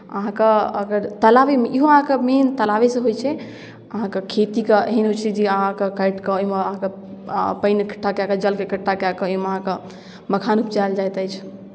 अहाँकेँ अगर तालाबेमे इहो अहाँके मेन तालाबेसँ होइ छै अहाँकेँ खेतीके एहन होइ छै जे अहाँके काटि कऽ ओहिमे अहाँके पानि इकठ्ठा कए कऽ जलकेँ इकठ्ठा कए कऽ ओहिमे अहाँकेँ मखान उपजायल जाइत अछि